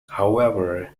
however